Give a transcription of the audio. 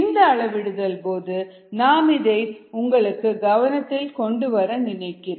இந்த அளவிடுதல் போது நான் இதை உங்கள் கவனத்திற்கு கொண்டு வர நினைத்தேன்